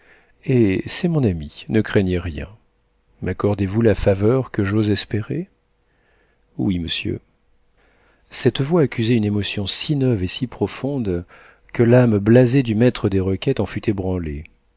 eh c'est mon ami ne craignez rien maccordez vous la faveur que j'ose espérer oui monsieur cette voix accusait une émotion si neuve et si profonde que l'âme blasée du maître des requêtes en fut ébranlée